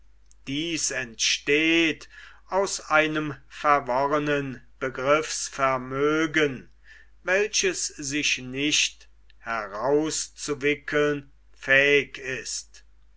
dies entsteht aus einem verworrenen begriffsvermögen welches sich nicht herauszuwickeln fähig ist